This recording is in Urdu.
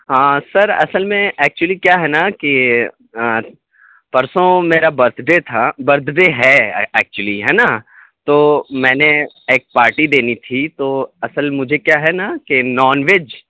ہاں سر اصل میں ایکچلی کیا ہے نا کہ پرسوں میرا برتھ ڈے تھا برتھ ڈے ہے ایکچلی ہے نا تو میں نے ایک پارٹی دینی تھی تو اصل مجھے کیا ہے نا کہ نان ویج